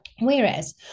Whereas